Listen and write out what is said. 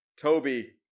Toby